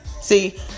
see